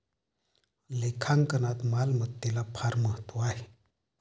लेखांकनात मालमत्तेला फार महत्त्व आहे